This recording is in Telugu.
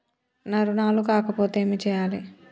నా రుణాలు కాకపోతే ఏమి చేయాలి?